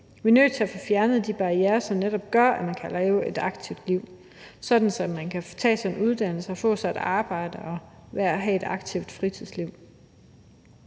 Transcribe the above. Vi er nødt til at få fjernet de barrierer, som netop gør, at man kan leve et aktivt liv, sådan at man kan tage sig en uddannelse, få sig at arbejde og have et aktivt fritidsliv.